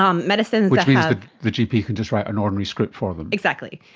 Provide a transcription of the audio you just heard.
um but so means the gp can just an ordinary script for them. exactly.